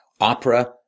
opera